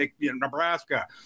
Nebraska